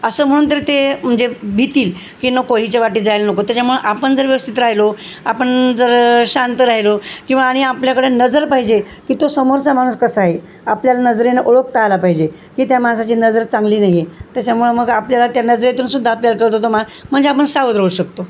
असं म्हणून तरी ते म्हणजे भीतील की नको हीच्या वाटेला जायला नको त्याच्यामुळे आपण जर व्यवस्थित राहिलो आपण जर शांत राहिलो किंवा आणि आपल्याकडे नजर पाहिजे की तो समोरचा माणूस कसा आहे आपल्याला नजरेने ओळखता आलं पाहिजे की त्या माणसाची नजर चांगली नाही आहे त्याच्यामुळे मग आपल्याला त्या नजरेतूनसुद्धा आपल्याला कळत होतं मा म्हणजे आपण सावध राहू शकतो